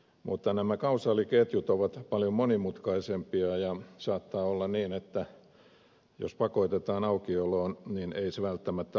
mutta nämä kausaaliketjut ovat paljon monimutkaisempia ja saattaa olla niin että jos pakotetaan aukioloon niin ei se välttämättä olekaan auki